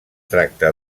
tracta